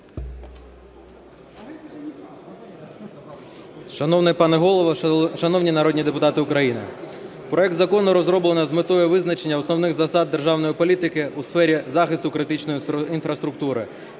Шановний пане Голово! Шановні народні депутати України! Проект закону розроблено з метою визначення основних засад державної політики у сфері захисту критичної інфраструктури,